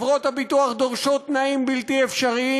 שחברות הביטוח דורשות תנאים בלתי אפשריים.